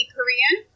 Korean